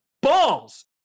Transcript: balls